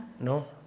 No